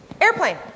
Airplane